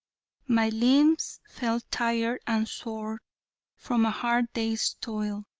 my limbs felt tired and sore from a hard day's toil.